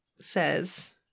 says